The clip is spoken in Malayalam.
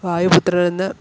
വായുപുത്രനെന്ന്